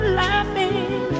laughing